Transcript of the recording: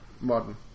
modern